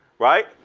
right?